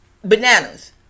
bananas